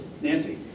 Nancy